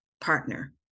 partner